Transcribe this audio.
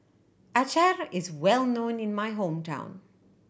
acar is well known in my hometown